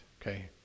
okay